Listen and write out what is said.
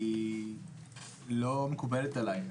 לא מקובלת עליי,